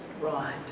right